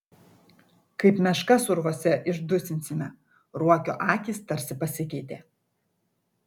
kaip meškas urvuose išdusinsime ruokio akys tarsi pasikeitė